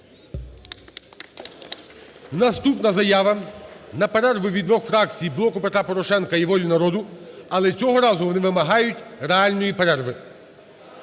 Наступна заява на перерву від двох фракцій – "Блоку Петра Порошенка" і "Волі народу". Але цього разу вони вимагають реальної перерви.